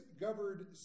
governed